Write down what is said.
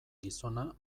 gizona